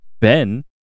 Ben